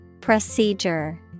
Procedure